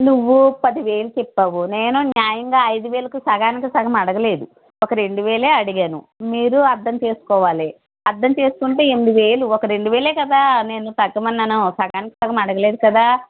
నువ్వు పదివేలు చెప్పావు నేను న్యాయంగా ఐదువేలకి సగానికి సగం అడగలేదు ఒక రెండువేలే అడిగాను మీరే అర్ధం చేసుకోవాలి అర్ధం చేసుకుంటే ఎనిమిది వేలు ఒక రెండువేలే కదా నేను తగ్గమన్నాను నేను సగానికి సగం అడగలేదు కదా